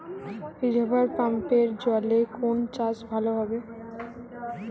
রিভারপাম্পের জলে কোন চাষ ভালো হবে?